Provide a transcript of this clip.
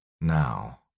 Now